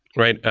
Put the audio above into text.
right?